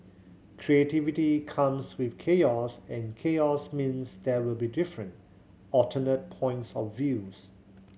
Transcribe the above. creativity comes with chaos and chaos means there will be different alternate points of views